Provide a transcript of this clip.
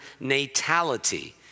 natality